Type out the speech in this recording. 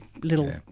little